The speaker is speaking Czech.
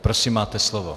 Prosím, máte slovo.